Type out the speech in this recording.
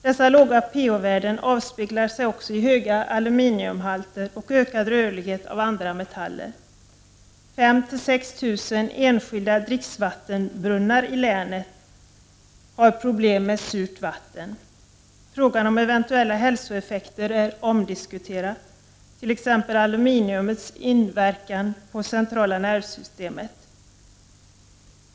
Dessa låga pH-värden avspeglar sig också i höga aluminiumhalter och ökad rörlighet av andra metaller. 5000—6 000 enskilda dricksvattenbrunnar i länet har problem med surt vatten. Frågan om eventuella hälsoeffekter är omdiskuterad, t.ex. inverkan av aluminium på centrala nervsystemet.